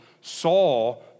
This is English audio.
saw